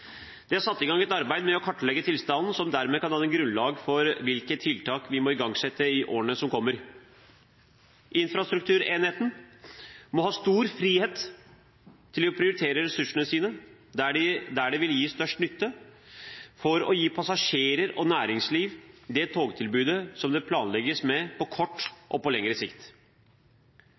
Det er satt i gang et arbeid med å kartlegge tilstanden, som dermed kan danne grunnlag for hvilke tiltak vi må igangsette i årene som kommer. Infrastrukturenheten må ha stor frihet til å prioritere ressursene sine der de vil gi størst nytte, for å gi passasjerer og næringsliv det togtilbudet som planlegges på kortere og lengre sikt. For Venstre vil det